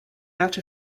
out